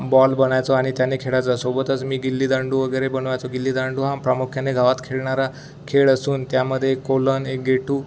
ball बनवायचो आणि त्याने खेळायचं सोबतच मी गिल्लीदांडू वगैरे बनवायचो गिल्लीदांडू हा प्रामुख्याने गावात खेळणारा खेळ असून त्यामध्येे कोलन एक गेटू